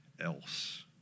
else